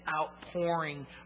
outpouring